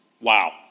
Wow